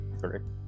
Correct